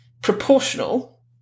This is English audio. proportional